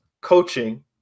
coaching